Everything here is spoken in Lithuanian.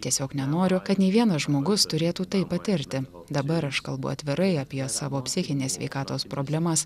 tiesiog nenoriu kad nei vienas žmogus turėtų tai patirti dabar aš kalbu atvirai apie savo psichinės sveikatos problemas